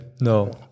no